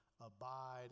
abide